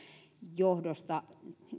johdosta